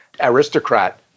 aristocrat